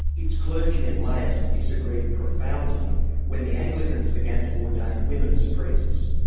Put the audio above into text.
its clergy and laity disagreed profoundly when the anglicans began to ordain women as priests.